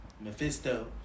Mephisto